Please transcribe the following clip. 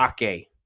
Ake